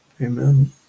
Amen